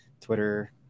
Twitter